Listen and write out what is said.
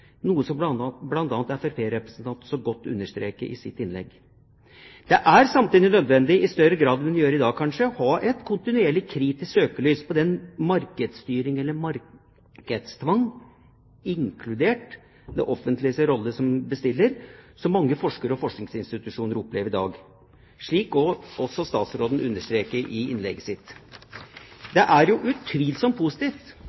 noe som bl.a. representanten fra Fremskrittspartiet så godt understreket i sitt innlegg. Det er samtidig nødvendig, i større grad enn i dag kanskje, å ha et kontinuerlig kritisk søkelys på den markedsstyring, eller markedstvang – inkludert det offentliges rolle som bestiller – som mange forskere og forskningsinstitusjoner opplever i dag, slik også statsråden understreker i innlegget sitt.